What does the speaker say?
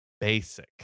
basic